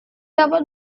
dapat